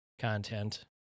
content